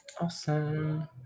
Awesome